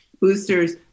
boosters